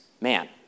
man